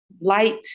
light